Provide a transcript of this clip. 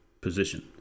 position